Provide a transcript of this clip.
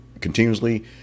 continuously